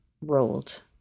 rolled